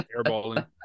airballing